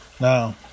Now